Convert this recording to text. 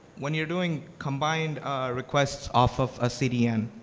when you're doing combined requests off of a cdn,